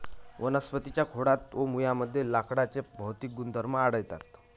वनस्पतीं च्या खोडात व मुळांमध्ये लाकडाचे भौतिक गुणधर्म आढळतात